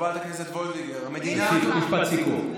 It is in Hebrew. חברת הכנסת וולדיגר, משפט סיכום.